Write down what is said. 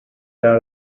out